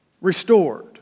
restored